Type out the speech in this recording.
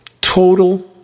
total